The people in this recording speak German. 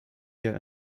jahr